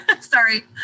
Sorry